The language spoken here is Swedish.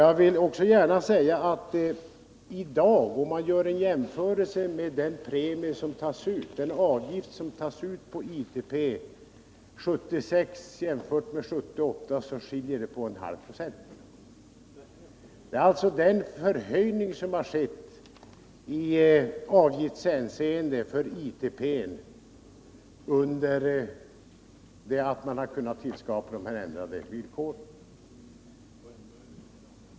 Jag vill också säga att om man gör en jämförelse mellan den avgift som tas ut vid ITP 1976 och 1978 så skiljer det med en halv 96. Det är alltså den förhöjning som skett i avgiftshänseende för ITP under det att dessa ändrade villkor har kunnat skapas.